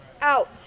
Out